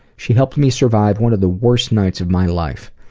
she helped me survive one of the worst nights of my life.